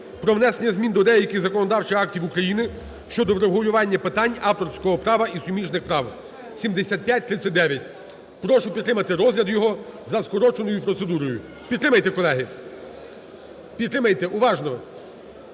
про внесення змін до деяких законодавчих актів України щодо врегулювання питань авторського права і суміжних прав (7539). Прошу підтримати розгляд його за скороченою процедурою. Підтримайте, колеги. Підтримайте уважно.